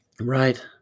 Right